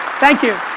thank you,